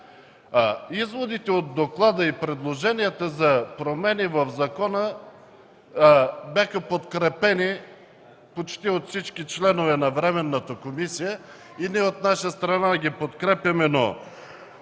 Изводите от доклада и предложенията за промени в закона бяха подкрепени от почти всички членове на Временната комисия, и от наша страна ги подкрепяме.